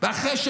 אחרי חוק.